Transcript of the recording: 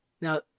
Now